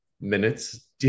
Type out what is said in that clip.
minutes